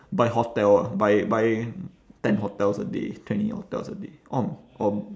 buy hotel ah buy buy ten hotels a day twenty hotels a day orh or